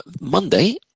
Monday